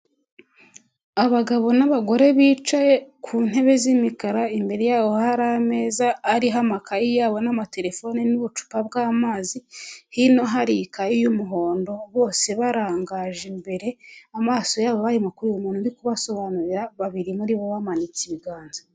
Abagabo n'abagore bicaye ku ntebe z'imikara, imbere yabo hari ameza ariho amakayi yabo n'amatelefone n'ubucupa bw'amazi, hino hari ikayi y'umuhondo, bose barangaje imbere amaso yabo, bari mu kureba umuntu uri kubasobanurira, babiri muri bo bamanitse ibiganza.